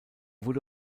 wurde